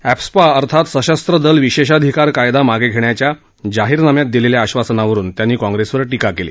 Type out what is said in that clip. AFSPA अर्थात सशस्त्र दल विशेषाधिकार कायदा मागे घेण्याच्या जाहीरनाम्यात दिलेल्या आब्बासनावरून त्यांनी काँग्रेसवर टीका केली